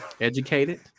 Educated